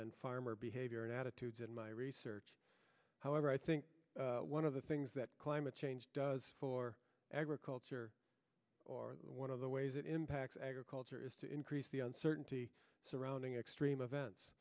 and farmer behavior and attitudes in my research however i think one of the things that climate change does for agriculture or one of the ways it impacts agriculture is to increase the uncertainty surrounding extreme events